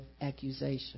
accusation